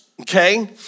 okay